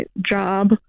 job